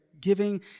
giving